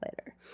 later